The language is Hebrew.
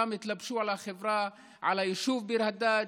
שם התלבשו על היישוב ביר הדאג'